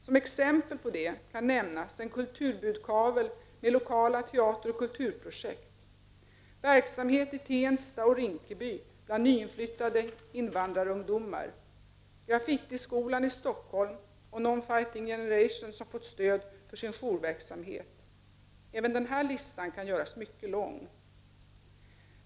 Som exempel på detta kan nämnas en kulturbudkavle med lokala teateroch kulturprojekt, verksamhet i Tensta och Rinkeby bland nyinflyttade invandrarungdomar, Graffittiskolan i Stockholm och Non Fighting Generation som fått stöd för sin jourverksamhet. Även denna lista kan göras mycket lång.